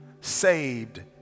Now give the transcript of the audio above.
saved